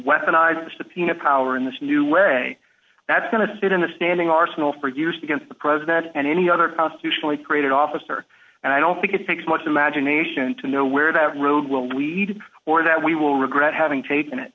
weaponized the subpoena power in this new way that's going to sit in the standing arsenal for years against the president and any other constitutionally created officer and i don't think it takes much imagination to know where that road will we need or that we will regret having taken it